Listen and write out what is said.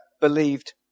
believed